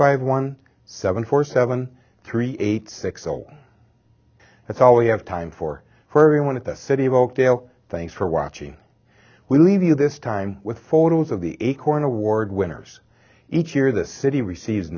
five one seven four seven three eight six zero zero that's all we have time for for everyone at the city of oakdale thanks for watching we leave you this time with photos of the acorn award winners each year the city receives